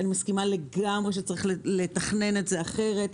אני מסכימה לגברי שיש לתכנן את זה אחרת,